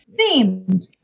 themed